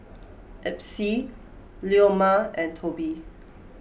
Epsie Leoma and Tobi